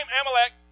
Amalek